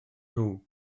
nhw